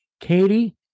Katie